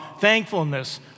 Thankfulness